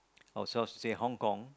ourselves to say Hong-Kong